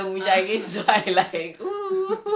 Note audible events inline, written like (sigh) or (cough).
right cause you have to be super fantastical (laughs)